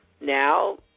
now